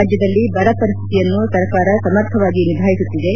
ರಾಜ್ಯದಲ್ಲಿ ಬರಪರಿಸ್ಥಿತಿಯನ್ನು ಸರ್ಕಾರ ಸಮರ್ಥವಾಗಿ ನಿಭಾಯಿಸುತ್ತಿದೆ